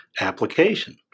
application